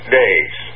days